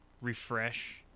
refresh